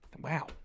Wow